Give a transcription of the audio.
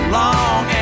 long